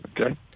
okay